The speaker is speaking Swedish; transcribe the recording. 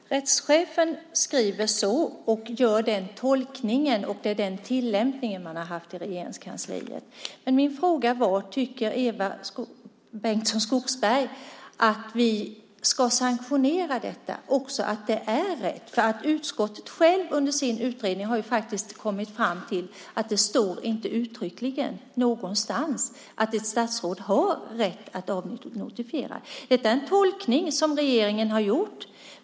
Herr talman! Rättschefen skriver så och gör den tolkningen, och det är den tillämpningen man har haft i Regeringskansliet. Men min fråga är: Tycker Eva Bengtson Skogsberg att vi ska sanktionera att det är rätt? Utskottet har självt under sin utredning kommit fram till att det inte någonstans uttryckligen står att ett statsråd har rätt att avnotifiera. Detta är en tolkning som regeringen har gjort.